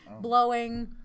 blowing